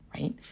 right